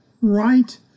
right